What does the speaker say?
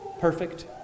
perfect